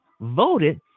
voted